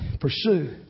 pursue